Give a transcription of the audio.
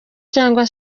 cyangwa